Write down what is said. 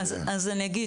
אז אני אגיד